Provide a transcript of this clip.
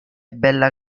bella